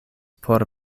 por